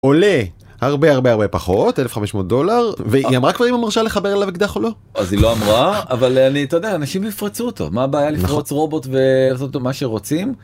עולה הרבה הרבה הרבה פחות 1500 דולר והיא אמרה כבר אם היא מרשה לחבר אליו אקדח או לא אז היא לא אמרה אבל אנשים יפרצו אותו מה הבעיה לפרוץ רובוט ולעשות בו מה שרוצים.